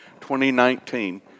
2019